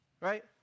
Right